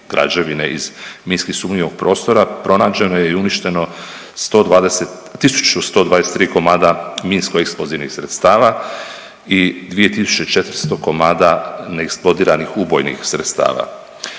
iz minski sumnjivog prostora, pronađeno je i uništeno 120, 1123 komada minsko-eksplozivnih sredstava i 2400 komada neeksplodiranih ubojnih sredstava,